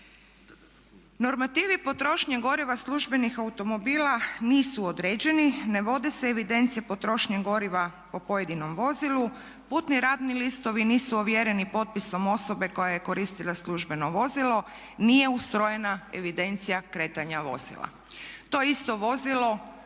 Normativi potrošnje goriva službenih automobila nisu određeni, ne vode se evidencije potrošnje goriva po pojedinom vozilu, putni radni listovi nisu ovjereni potpisom osobe koja je koristila službeno vozilo, nije ustrojena evidencija kretanja vozila. To isto vozilo